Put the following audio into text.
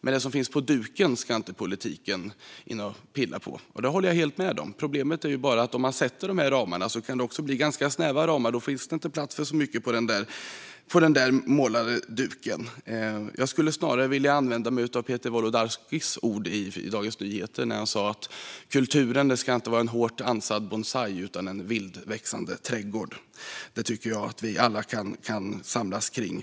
men det som finns på duken ska politiken inte in och pilla i. Det håller jag helt med om. Problemet är bara att när man sätter dessa ramar kan de bli ganska snäva, och då finns det inte så mycket plats på duken. Jag skulle snarare vilja använda mig av Peter Wolodarskis ord i Dagens Nyheter om att kulturen inte ska vara en hårt ansad bonsai utan en vildväxande trädgård. Detta tycker jag att vi alla kan samlas kring.